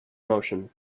motion